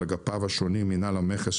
על אגפיו השונים מינהל המכס,